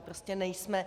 Prostě nejsme.